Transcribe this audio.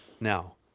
now